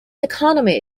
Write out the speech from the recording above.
economy